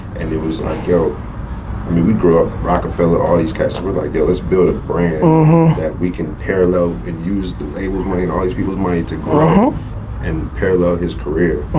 and it was like yo, i mean we grew up roc-a-fella, all these cats, we're like yo, let's build a brand that we can parallel and use the label's money and all these people's money to grow and parallel his career,